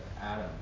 Adam